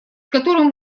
которым